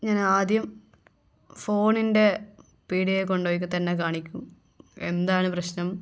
ഞാനാദ്യം ഫോണിൻ്റെ പീടികയിൽ കൊണ്ടുപോയി തന്നെ കാണിക്കും എന്താണ് പ്രശ്നം